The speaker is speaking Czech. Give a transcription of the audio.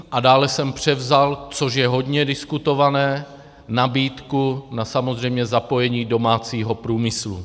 A dále jsem převzal, což je hodně diskutované, nabídku na samozřejmě zapojení domácího průmyslu.